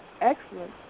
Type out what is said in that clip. excellent